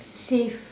save